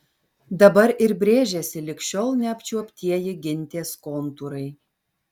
dabar ir brėžiasi lig šiol neapčiuoptieji gintės kontūrai